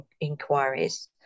inquiries